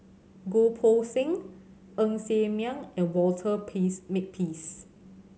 Goh Poh Seng Ng Ser Miang and Walter Peace Makepeace